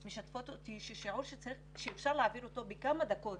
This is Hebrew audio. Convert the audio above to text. משתפות אותי ששיעור שאפשר להעביר אותו בכמה דקות,